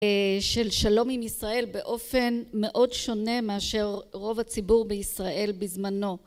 של שלום עם ישראל באופן מאוד שונה מאשר רוב הציבור בישראל בזמנו